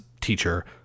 teacher